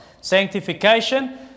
Sanctification